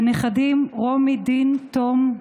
הנכדים רומי, דין, תום,